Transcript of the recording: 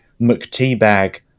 McTeabag